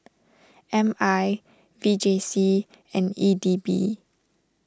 M I V J C and E D B